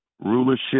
rulership